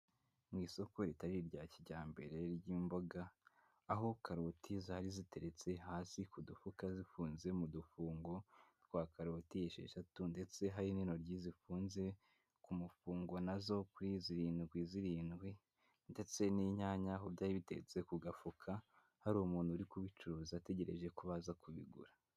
Mu isoko ritari irya kijyambere ry'imboga, aho karoti zari ziteretse hasi ku dufuka zifunze mu dufungo twa karoti esheshatu, ndetse hari n'intoryi zifunze ku mufungo na zo kuri zirindwi zirindwi, ndetse n'inyanya. Aho byari biteretse ku gafuka hari umuntu uri kubicuruza, ategereje ko baza kubigura.